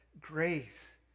grace